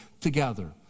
together